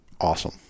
Awesome